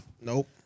Nope